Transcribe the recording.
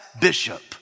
bishop